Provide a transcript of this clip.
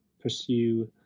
pursue